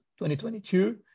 2022